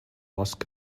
ask